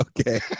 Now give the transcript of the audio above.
okay